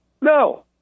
No